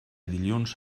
dilluns